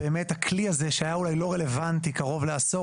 הכלי הזה היה אולי לא רלוונטי קרוב לעשור,